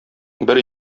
бер